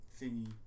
thingy